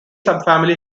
subfamily